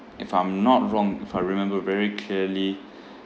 if I'm not wrong if I remember very clearly